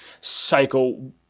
cycle